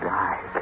die